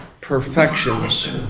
perfections